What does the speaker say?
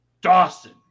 Dawson